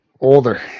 Older